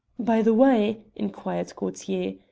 by the way, inquired gaultier,